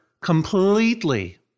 completely